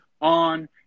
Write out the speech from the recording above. on